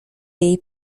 jej